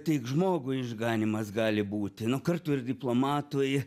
tik žmogui išganymas gali būti nu kartu ir diplomatui